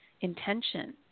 intention